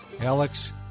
Alex